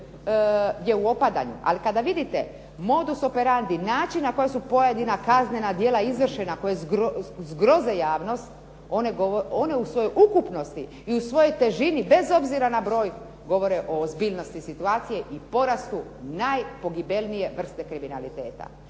je u opadanju, ali kada vidite modus operandi način na koji su pojedina kaznena djela izvršena koje zgroze javnost one u svojoj ukupnosti i u svojoj težini bez obzira na broj govore o ozbiljnosti situacije i porastu najpogibeljnije vrste kriminaliteta.